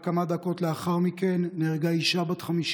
רק כמה דקות לאחר מכן נהרגה אישה בת 50